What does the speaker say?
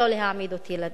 לא להעמיד אותי לדין.